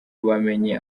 bamenye